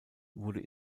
wurde